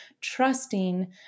trusting